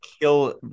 kill